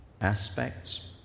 aspects